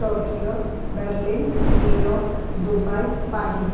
Tokyo Berlin New York Dubai Paris